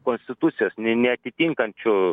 konstitucijos ne neatitinkančiu